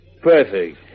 Perfect